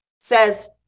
says